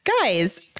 guys